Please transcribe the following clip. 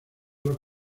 los